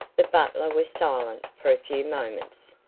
the butler was silent for a few moments.